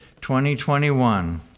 2021